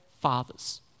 fathers